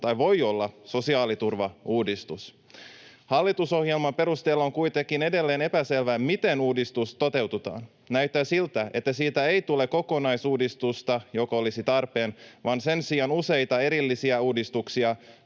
voi olla sosiaaliturvauudistus. Hallitusohjelman perusteella on kuitenkin edelleen epäselvää, miten uudistus toteutetaan. Näyttää siltä, että siitä ei tule kokonaisuudistusta, joka olisi tarpeen, vaan sen sijaan useita erillisiä uudistuksia,